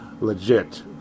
legit